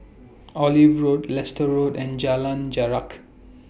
Olive Road Leicester Road and Jalan Jarak